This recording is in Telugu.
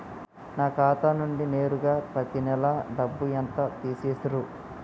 నా ఖాతా నుండి నేరుగా పత్తి నెల డబ్బు ఎంత తీసేశిర్రు?